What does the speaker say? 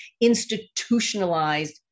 institutionalized